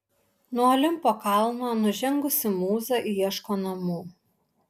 nuo olimpo kalno nužengusi mūza ieško namų